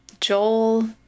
Joel